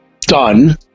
done